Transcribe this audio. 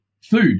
food